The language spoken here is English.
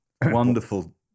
wonderful